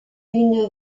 une